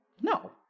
No